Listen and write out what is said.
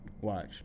Watch